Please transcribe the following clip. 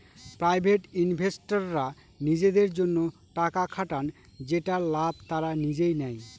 private ইনভেস্টররা নিজেদের জন্য টাকা খাটান যেটার লাভ তারা নিজেই নেয়